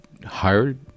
hired